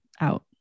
out